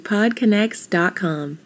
PodConnects.com